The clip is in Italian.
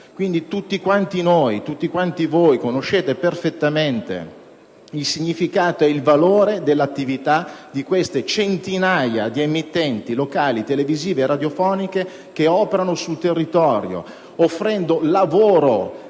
pubblica, cioè la RAI. Tutti quanti noi conosciamo perfettamente il significato e il valore dell'attività di queste centinaia di emittenti locali televisive e radiofoniche che operano sul territorio, offrendo lavoro